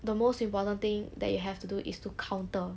the most important thing that you have to do is to counter